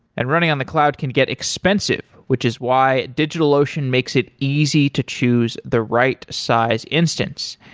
and running on the cloud can get expensive, which is why digitalocean makes it easy to choose the right size instance.